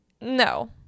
No